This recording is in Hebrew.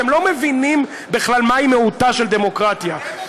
אתם לא מבינים בכלל מהי מהותה של דמוקרטיה.